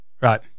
Right